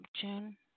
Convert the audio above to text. June